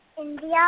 India